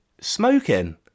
smoking